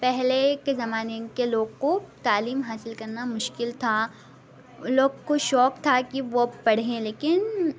پہلے کے زمانے کے لوگ کو تعلیم حاصل کرنا مشکل تھا ان لوگ کو شوق تھا کہ وہ پڑھیں لیکن